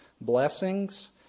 blessings